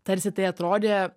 tarsi tai atrodė